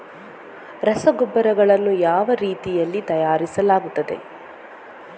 ರಸಗೊಬ್ಬರಗಳನ್ನು ಯಾವ ರೀತಿಯಲ್ಲಿ ತಯಾರಿಸಲಾಗುತ್ತದೆ?